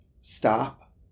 stop